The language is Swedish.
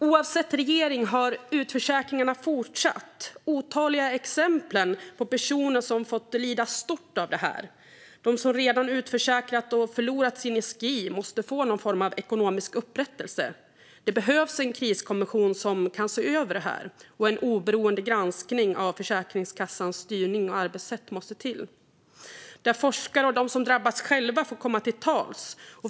Oavsett regering har utförsäkringarna fortsatt. Otaliga är exemplen på personer som fått lida stort av det här. De som redan utförsäkrats och förlorat sin SGI måste få någon form av ekonomisk upprättelse. Det behövs en kriskommission som kan se över det här. Det måste till en oberoende granskning av Försäkringskassans styrning och arbetssätt, där forskare och de som själva drabbats får komma till tals.